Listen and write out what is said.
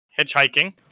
hitchhiking